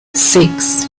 six